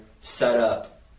setup